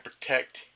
protect